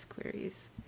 queries